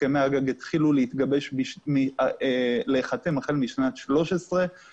הסכמי הגג התחילו להיחתם החל משנת 2013-2014,